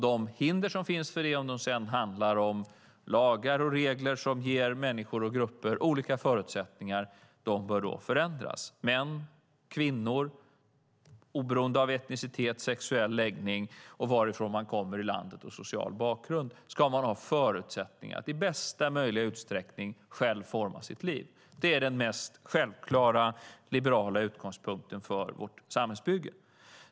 De hinder som finns för det - det kan vara lagar och regler som ger människor och grupper olika förutsättningar - bör förändras. Män och kvinnor, oberoende av etnicitet, sexuell läggning, varifrån i landet de kommer eller från vilken social bakgrund de kommer, ska ha förutsättningar för att i största möjliga utsträckning själv forma sitt liv. Det är den mest självklara liberala utgångspunkten för vårt samhällsbygge.